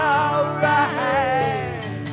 alright